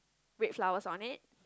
red flowers on it